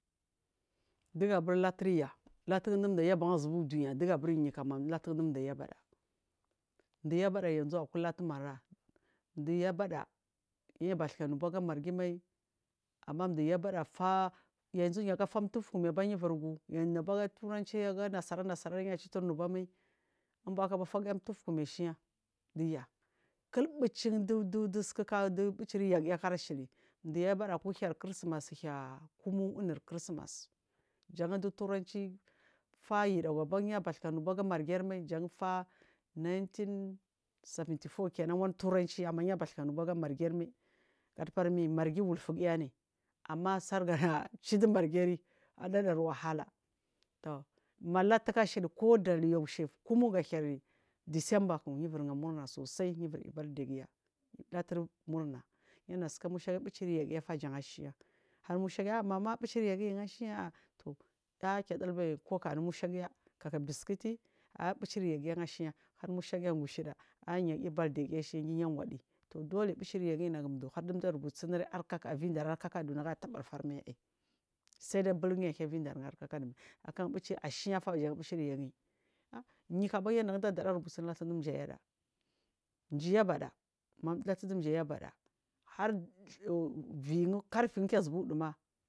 Dugabur latulya dindayaban azubu duniyah dugabur niwkam latundu dayabaɗa dayabada ya nauakur latun marra dayabaɗa yabas ka nuba dumargimai amma daya bada faau yanzu yaga faau mtukumi aban yuburgu yayuba ga turanci aga nasara nasara yacituga nubamai inbahakaba faahiya mtuku mi ashiya diyah kil buci du du duk ɓuciryagiya ashili dayabaɗa akurhair kirsimas hair kumu inur christmas jan du turanci fa iɗagu abanya yabasuka mubaga margirma jan faah nineteen seventy four jan wanu turanci amma yabasika nubaga margirmai gaɗabar mi margi wulfugiyane amma sargana cidu margiri anada wahala tuuma latuku ashili kuɗayaushe kuma ga hai december yibur mul murna sosai yibur aiy bathday giya latur murna yanasika musha buciryagiyafa jan ashina harmus hagiya mame buciryagiyi shiya aa lakedilbay kock anumush a kaka biscuti a buchir yagiya shiya harmusha giya angusheɗa ya ibathday giya shiya ya wadtu dule buciryagiyi nagun duu hardiya lubutun ira kakdu negtabai fer mai ai sai dai bulgi in aliya burden hay kak kadu mai akan fuci ashiyafa jan bucir yagiyi a a yikambanya a daɗa arubuci bucijayaɗa jiya bada latudujiyabaɗa har vin karfain kezubu wudu ma.